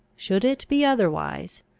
should it be otherwise,